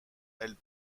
elles